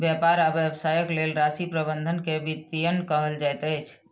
व्यापार आ व्यवसायक लेल राशि प्रबंधन के वित्तीयन कहल जाइत अछि